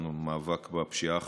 המאבק בפשיעה החקלאית.